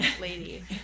lady